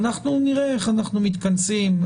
ונראה איך אנחנו מתכנסים.